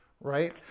Right